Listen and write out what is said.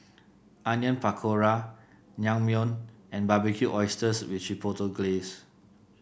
Onion Pakora Naengmyeon and Barbecued Oysters with Chipotle Glaze